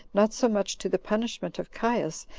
not so much to the punishment of caius,